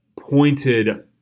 pointed